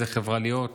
באיזו חברה להיות,